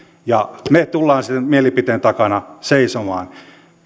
ja me tulemme sen mielipiteen takana seisomaan